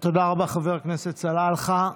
תודה רבה, חבר הכנסת סלאלחה.